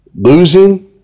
losing